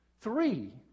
three